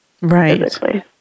Right